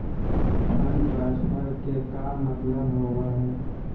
Fund transfer के का मतलब होव हई?